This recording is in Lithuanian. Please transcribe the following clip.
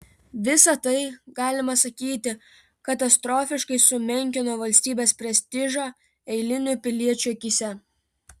visa tai galima sakyti katastrofiškai sumenkino valstybės prestižą eilinių piliečių akyse